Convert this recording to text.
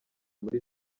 muri